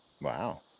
Wow